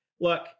Look